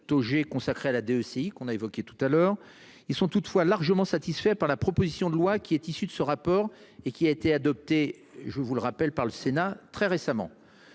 consacré à la Deci, que l'on a évoqué tout à l'heure. Ils sont toutefois largement satisfaits par la proposition de loi issue de ce rapport, qui a été adoptée par le Sénat très récemment.